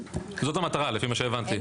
זאת המטרה, לפי מה שהבנתי.